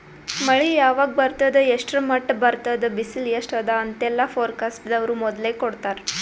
ಮಳಿ ಯಾವಾಗ್ ಬರ್ತದ್ ಎಷ್ಟ್ರ್ ಮಟ್ಟ್ ಬರ್ತದ್ ಬಿಸಿಲ್ ಎಸ್ಟ್ ಅದಾ ಅಂತೆಲ್ಲಾ ಫೋರ್ಕಾಸ್ಟ್ ದವ್ರು ಮೊದ್ಲೇ ಕೊಡ್ತಾರ್